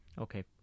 Okay